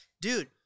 Dude